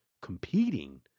competing